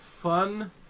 fun